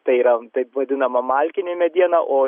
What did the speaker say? tai yra taip vadinama malkinė mediena o